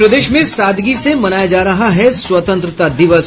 और प्रदेश में सादगी से मनाया जा रहा है स्वतंत्रता दिवस